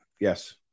Yes